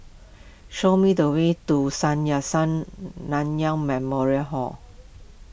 show me the way to Sun Yat Sen Nanyang Memorial Hall